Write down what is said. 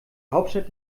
hauptstadt